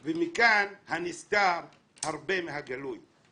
ומכאן, הנסתר רב מהגלוי.